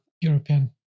european